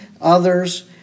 others